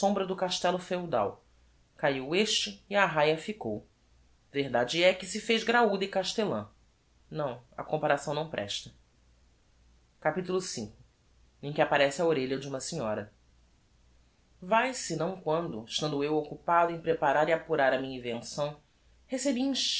sombra do castello feudal cahiu este e a arraia ficou verdade é que se fez graúda e castellã não a comparação não presta capitulo v em que apparece a orelha de uma senhora vae se não quando estando eu occupado em preparar e apurar a minha invenção recebi